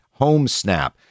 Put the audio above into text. HomeSnap